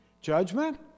judgment